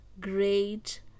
great